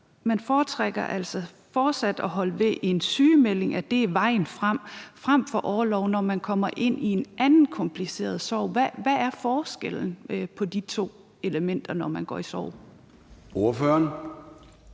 man foretrækker fortsat at holde ved en sygemelding, i forhold til at det er vejen frem, frem for at bruge orlov, når nogen kommer ind i en anden kompliceret sorg? Hvad er forskellen på de to elementer, når man er i sorg? Kl.